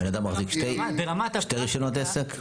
בן אדם מחזיק שני רישיונות עסק?